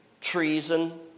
treason